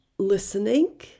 Listening